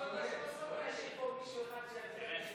סעיף 1 נתקבל.